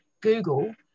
Google